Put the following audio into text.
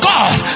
God